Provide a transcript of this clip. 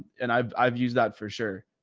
and i've, i've used that for sure.